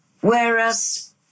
whereas